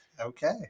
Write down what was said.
Okay